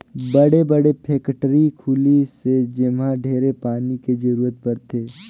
बड़े बड़े फेकटरी खुली से जेम्हा ढेरे पानी के जरूरत परथे